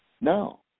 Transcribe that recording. No